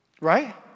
Right